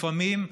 לפעמים,